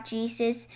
Jesus